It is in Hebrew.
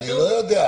אני לא יודע.